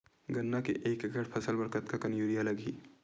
गन्ना के एक एकड़ फसल बर कतका कन यूरिया लगही?